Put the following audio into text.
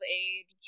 age